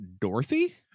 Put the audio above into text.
Dorothy